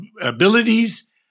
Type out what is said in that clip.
abilities